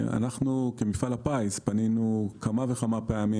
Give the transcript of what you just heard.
אנחנו כמפעל הפיס פנינו כמה וכמה פעמים